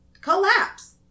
collapse